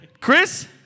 Chris